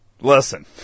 Listen